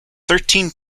thirteen